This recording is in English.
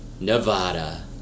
Nevada